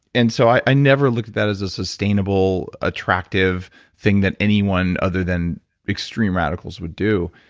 and so i never looked at that as a sustainable, attractive thing that anyone other than extreme radicals would do.